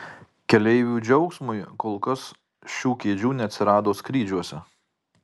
keleivių džiaugsmui kol kas šių kėdžių neatsirado skrydžiuose